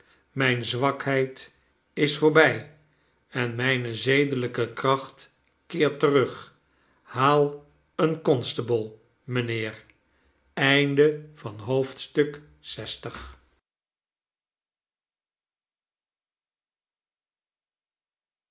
mijne zwakheid is voorbij en mijne zedelijke kracht keert terug haal een constable mijnheer